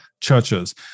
churches